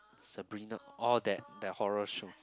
Sabrina orh that that horror show